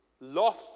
Loss